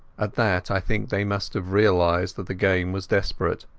at that i think they must have realized that the game was desperate.